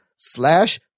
slash